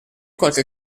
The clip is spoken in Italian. qualche